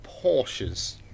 Porsches